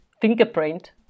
fingerprint